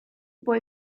boy